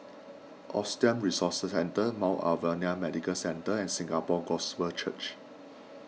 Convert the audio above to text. Autism Resource Centre Mount Alvernia Medical Centre and Singapore Gospel Church